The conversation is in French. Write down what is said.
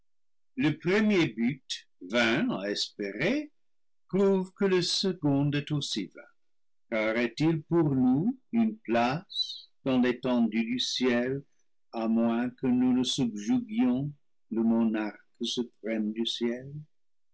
le premier but vain à espérer prouve que le second est aussi vain car est-il pour nous une place dans l'étendue du ciel à moins que nous ne subjuguions le monarque suprême du ciel